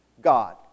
God